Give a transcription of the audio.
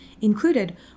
Included